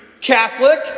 Catholic